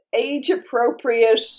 age-appropriate